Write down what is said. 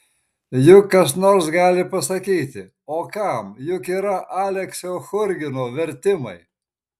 juk kas nors gali pasakyti o kam juk yra aleksio churgino vertimai